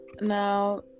Now